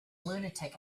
lunatic